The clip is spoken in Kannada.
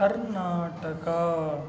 ಕರ್ನಾಟಕ